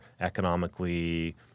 economically